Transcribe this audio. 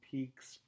Peaks